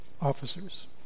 officers